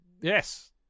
Yes